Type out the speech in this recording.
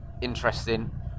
interesting